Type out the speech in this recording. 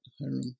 Hiram